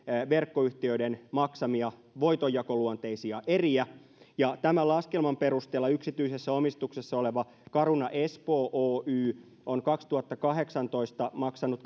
verkkoyhtiöiden maksamia voitonjakoluonteisia eriä tämän laskelman perusteella yksityisessä omistuksessa oleva caruna espoo oy on kaksituhattakahdeksantoista maksanut